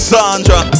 Sandra